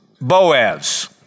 Boaz